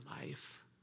life